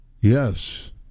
Yes